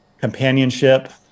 Companionship